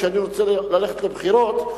כשאני רוצה ללכת לבחירות,